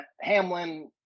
Hamlin